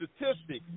statistics